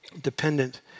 Dependent